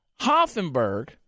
Hoffenberg